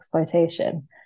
exploitation